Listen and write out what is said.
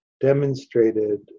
demonstrated